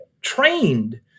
trained